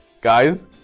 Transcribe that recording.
guys